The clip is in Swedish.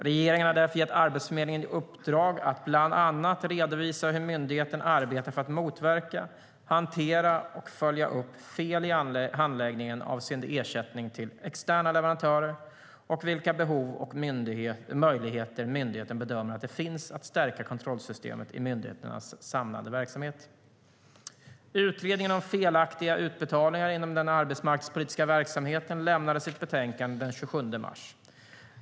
Regeringen har därför gett Arbetsförmedlingen i uppdrag att bland annat redovisa hur myndigheten arbetar för att motverka, hantera och följa upp fel i handläggningen avseende ersättning till externa leverantörer och vilka behov och möjligheter myndigheten bedömer att det finns att stärka kontrollsystemet i myndighetens samlade verksamhet. Utredningen om felaktiga utbetalningar inom den arbetsmarknadspolitiska verksamheten lämnade sitt betänkande den 27 mars.